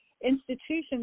institutions